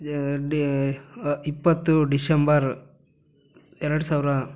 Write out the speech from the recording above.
ಯ ಡಿ ಇಪ್ಪತ್ತು ಡಿಶೆಂಬರ್ ಎರಡು ಸಾವಿರ